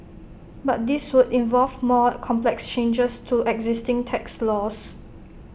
but this would involve more complex changes to existing tax laws